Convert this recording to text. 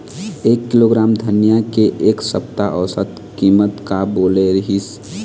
एक किलोग्राम धनिया के एक सप्ता औसत कीमत का बोले रीहिस?